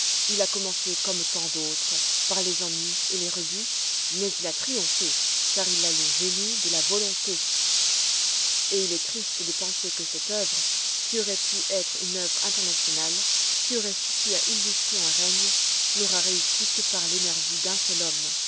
il a commencé comme tant d'autres par les ennuis et les rebuts mais il a triomphé car il a le génie de la volonté et il est triste de penser que cette oeuvre qui aurait dû être une oeuvre internationale qui aurait suffi à illustrer un règne n'aura réussi que par l'énergie d'un seul homme